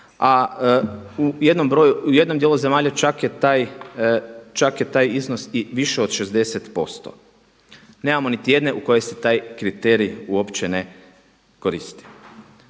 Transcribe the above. a u jednom dijelu zemalja čak je taj iznos i više od 60%. Nemamo niti jedne u kojoj se taj kriterij uopće ne koristi.